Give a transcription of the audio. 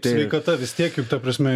sveikata vis tiek juk ta prasme